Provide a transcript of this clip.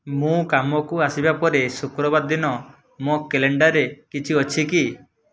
ମୁଁ କାମକୁ ଆସିବା ପରେ ଶୁକ୍ରବାର ଦିନ ମୋ କ୍ୟାଲେଣ୍ଡରରେ କିଛି ଅଛି କି